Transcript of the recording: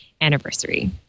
anniversary